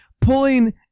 pulling